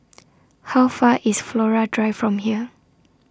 How Far IS Flora Drive from here